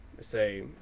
say